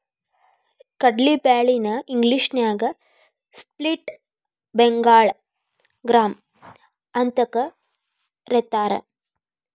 ಕಡ್ಲಿ ಬ್ಯಾಳಿ ನ ಇಂಗ್ಲೇಷನ್ಯಾಗ ಸ್ಪ್ಲಿಟ್ ಬೆಂಗಾಳ್ ಗ್ರಾಂ ಅಂತಕರೇತಾರ